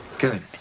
good